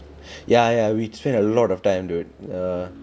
ya ya we spent a lot of time to err